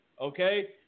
Okay